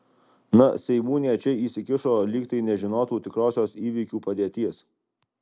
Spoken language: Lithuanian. na seimūnė čia įsikišo lyg tai nežinotų tikrosios įvykių padėties